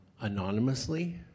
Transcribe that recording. anonymously